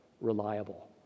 reliable